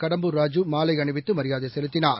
கடம்பூர் ராஜூ மாலை அணிவித்து மரியாதை செலுத்தினார்